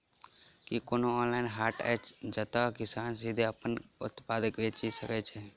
की कोनो ऑनलाइन हाट अछि जतह किसान सीधे अप्पन उत्पाद बेचि सके छै?